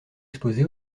exposé